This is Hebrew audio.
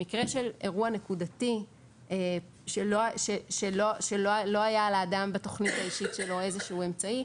במקרה של אירוע נקודתי שלא היה לאדם בתוכנית האישית שלו איזשהו אמצעי,